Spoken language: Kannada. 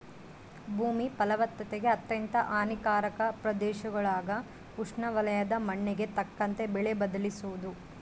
ಭೂಮಿ ಫಲವತ್ತತೆಗೆ ಅತ್ಯಂತ ಹಾನಿಕಾರಕ ಪ್ರದೇಶಗುಳಾಗ ಉಷ್ಣವಲಯದ ಮಣ್ಣಿಗೆ ತಕ್ಕಂತೆ ಬೆಳೆ ಬದಲಿಸೋದು